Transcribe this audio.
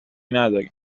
ندارین